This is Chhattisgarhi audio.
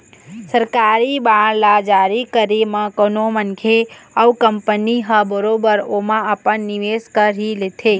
सरकारी बांड ल जारी करे म कोनो मनखे अउ कंपनी ह बरोबर ओमा अपन निवेस कर ही लेथे